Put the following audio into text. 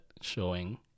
showing